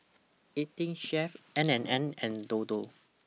eighteen Chef N and N and Dodo